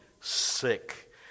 sick